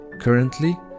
currently